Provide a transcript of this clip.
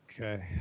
Okay